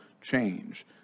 change